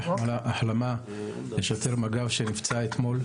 החלמה מהירה לשוטר מג"ב שנפצע אתמול.